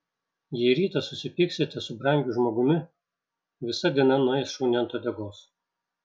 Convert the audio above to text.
jei rytą susipyksite su brangiu žmogumi visa diena nueis šuniui ant uodegos